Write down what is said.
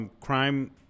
crime